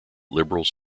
liberals